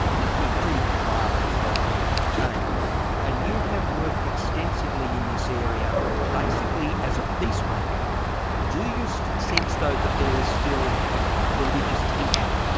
if indeed the violence has been contained and you have worked extensively in this area basically as a peacemaker do you sense though that there is still religious tension?